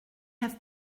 have